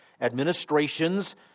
administrations